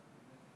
לא.